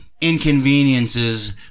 inconveniences